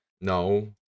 No